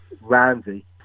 Ramsey